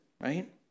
right